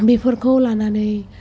बेफोरखौ लानानै